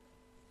"התנגדות".